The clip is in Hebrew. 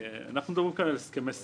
אנחנו מדברים כאן על הסכמי שכר.